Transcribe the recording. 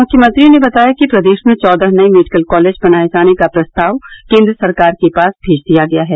मुख्यमंत्री ने बताया कि प्रदेश में चौदह नये मेडिकल कॉलेज बनाये जाने का प्रस्ताव केन्द्र सरकार के पास भेज दिया गया है